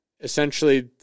Essentially